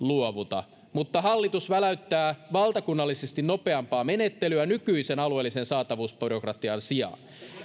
luovuta mutta hallitus väläyttää valtakunnallisesti nopeampaa menettelyä nykyisen alueellisen saatavuusbyrokratian sijaan